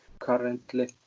currently